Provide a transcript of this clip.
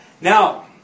Now